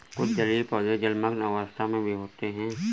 कुछ जलीय पौधे जलमग्न अवस्था में भी होते हैं